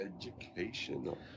Educational